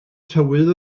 tywydd